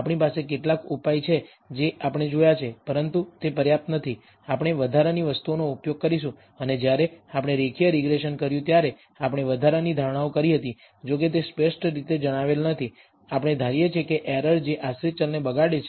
આપણી પાસે કેટલાક ઉપાય છે જે આપણે જોયા છે પરંતુ તે પર્યાપ્ત નથી આપણે વધારાની વસ્તુઓનો ઉપયોગ કરીશું અને જ્યારે આપણે રેખીય રીગ્રેસન કર્યું ત્યારે આપણે વધારાની ધારણાઓ કરી હતી જોકે તે સ્પષ્ટ રીતે જણાવેલ નથી આપણે ધારીએ છીએ કે એરર જે આશ્રિત ચલને બગાડે છે